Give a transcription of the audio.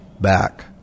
back